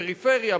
פריפריה,